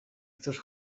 chcesz